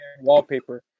wallpaper